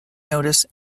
notice